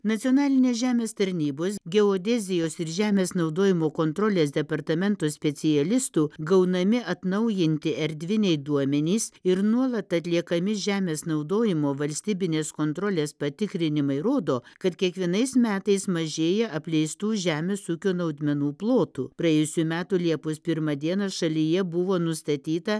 nacionalinės žemės tarnybos geodezijos ir žemės naudojimo kontrolės departamento specialistų gaunami atnaujinti erdviniai duomenys ir nuolat atliekami žemės naudojimo valstybinės kontrolės patikrinimai rodo kad kiekvienais metais mažėja apleistų žemės ūkio naudmenų plotų praėjusių metų liepos pirmą dieną šalyje buvo nustatyta